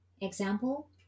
Example